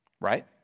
right